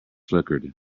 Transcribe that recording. flickered